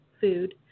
food